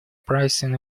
pricing